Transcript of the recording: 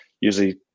usually